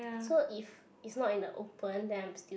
so if it's not in the open then I'm still